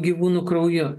gyvūnų krauju